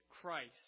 Christ